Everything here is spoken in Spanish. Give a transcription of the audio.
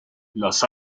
las